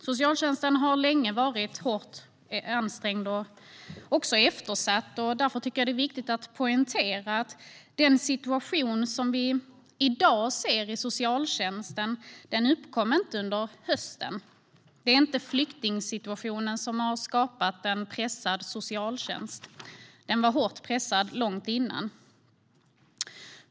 Socialtjänsten har länge varit hårt ansträngd och eftersatt. Därför tycker jag att det är viktigt att poängtera att den situation vi ser i socialtjänsten i dag inte uppstod under hösten. Det är inte flyktingsituationen som har skapat en pressad socialtjänst. Den var hårt pressad långt innan.